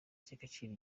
cy’agaciro